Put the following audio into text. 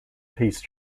peace